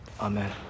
Amen